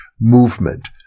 movement